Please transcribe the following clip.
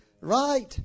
right